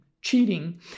cheating